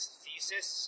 thesis